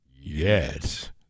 Yes